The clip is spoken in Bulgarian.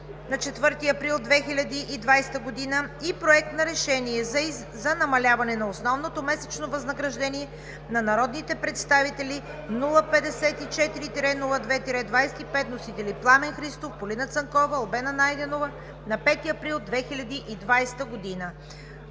на 4 април 2020 г.; Проект на решение за намаляване на основното месечно възнаграждение на народните представители, № 054-02-25, вносители Пламен Христов, Полина Цанкова и Албена Найденова на 5 април 2020 г.“